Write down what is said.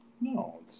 No